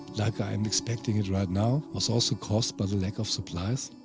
like i am expecting it right now, was also caused by the lack of supplies?